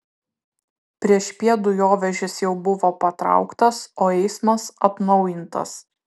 priešpiet dujovežis jau buvo patrauktas o eismas atnaujintas